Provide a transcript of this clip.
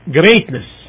greatness